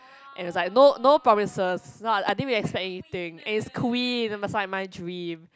and was like no no promises so I I didn't really expect anything and is Queen is like my dream